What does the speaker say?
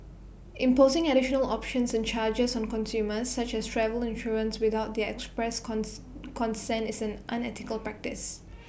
imposing additional options and charges on consumers such as travel insurance without their express consent is an unethical practice